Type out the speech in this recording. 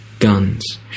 guns